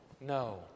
No